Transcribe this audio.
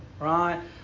Right